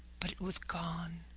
but it was gone.